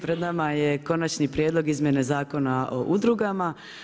Pred nama je Konačni prijedlog izmjene Zakona o udrugama.